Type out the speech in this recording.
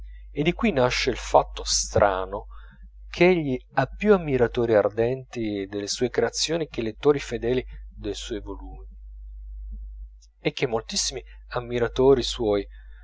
e di qui nasce il fatto strano ch'egli ha più ammiratori ardenti delle sue creazioni che lettori fedeli dei suoi volumi e che moltissimi ammiratori suoi